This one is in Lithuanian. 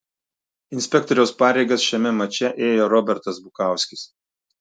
inspektoriaus pareigas šiame mače ėjo robertas bukauskis